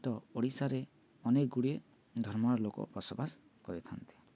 ତ ଓଡ଼ିଶାରେ ଅନେକ ଗୁଡ଼ିଏ ଧର୍ମର ଲୋକ ବସବାସ କରିଥାନ୍ତି